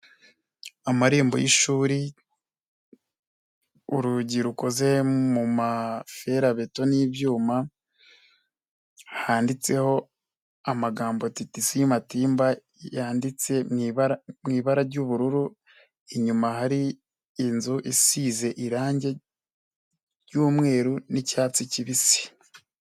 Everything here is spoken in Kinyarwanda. Amarembo y'ishuri, urugi rukoze mu maferabeto n'ibyuma handitseho amagambo titisi Matimba yanditse mu ibara ry'ubururu, inyuma hari inzu isize irangi ry'umweru n'icyatsi kibisi.